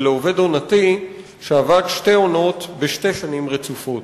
ולעובד עונתי שעבד שתי עונות בשתי שנים רצופות.